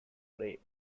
pray